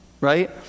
Right